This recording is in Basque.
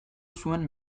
zuen